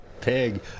pig